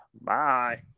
Bye